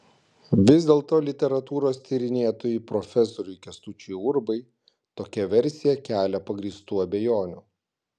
vis dėlto literatūros tyrinėtojui profesoriui kęstučiui urbai tokia versija kelia pagrįstų abejonių